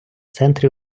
центрі